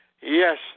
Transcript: yes